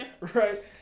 Right